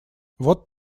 вот